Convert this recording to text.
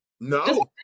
No